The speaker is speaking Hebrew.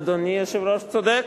אדוני היושב-ראש צודק.